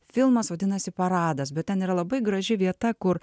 filmas vadinasi paradas bet ten yra labai graži vieta kur